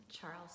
charles